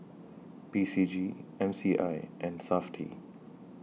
P C G M C I and Safti